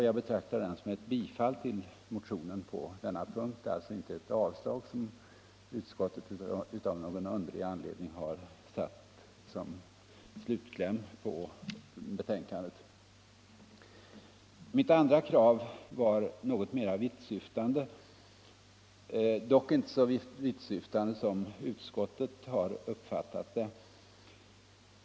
Jag betraktar den som ett bifall till motionen på denna punkt och alltså inte som det avstyrkande som utskottet av någon anledning har satt som slutkläm på betänkandet. Mitt andra krav var något mera vittsyftande, dock inte så vittsyftande som utskottet har uppfattat det.